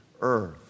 earth